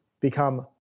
become